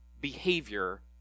behavior